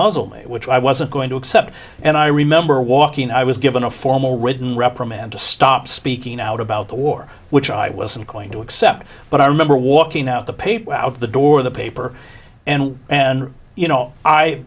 muzzle me which i wasn't going to accept and i remember walking i was given a formal written reprimand to stop speaking out about the war which i wasn't going to accept but i remember walking out the paper out the door of the paper and and you know i